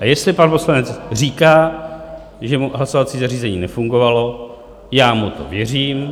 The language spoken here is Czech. A jestli pan poslanec říká, že mu hlasovací zařízení nefungovalo, já mu to věřím.